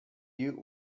you